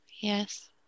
yes